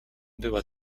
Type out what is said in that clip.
była